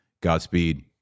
Godspeed